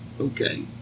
Okay